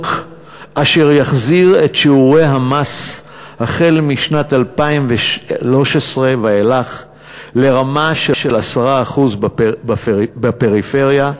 אשר יחזיר את שיעורי המס משנת 2013 ואילך לרמה של 10% בפריפריה,